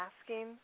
asking